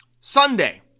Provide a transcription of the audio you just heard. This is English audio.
Sunday